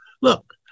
look